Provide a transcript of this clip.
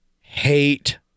hate